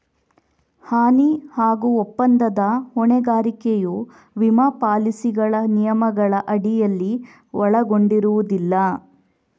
ಹಾನಿ ಹಾಗೂ ಒಪ್ಪಂದದ ಹೊಣೆಗಾರಿಕೆಯು ವಿಮಾ ಪಾಲಿಸಿಗಳ ನಿಯಮಗಳ ಅಡಿಯಲ್ಲಿ ಒಳಗೊಂಡಿರುವುದಿಲ್ಲ